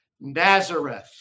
Nazareth